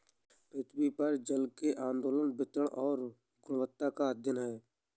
पृथ्वी पर जल के आंदोलन वितरण और गुणवत्ता का अध्ययन है